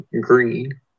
green